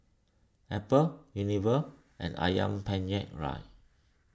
Apple Unilever and Ayam Penyet Ria